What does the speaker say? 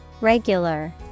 Regular